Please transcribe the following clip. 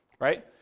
right